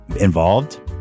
involved